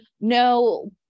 no